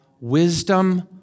wisdom